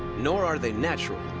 nor are they natural.